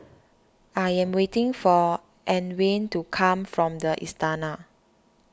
I am waiting for Antwain to come back from the Istana